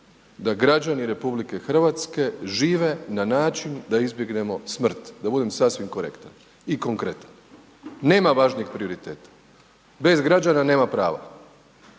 da građani RH žive na način da izbjegnemo smrt, da budem sasvim korektan i konkretan, nema važnijeg prioriteta. Bez građana nema prava.